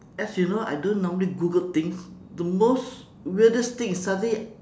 as you know I don't normally google things the most weirdest thing is suddenly